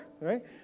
Right